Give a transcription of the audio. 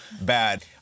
bad